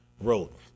wrote